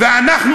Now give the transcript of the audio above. ואנחנו,